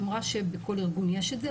אמרה שבכל לארגון יש את זה,